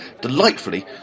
delightfully